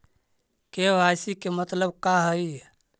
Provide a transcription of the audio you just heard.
KYC के मतलब का हई?